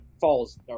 falls